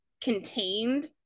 contained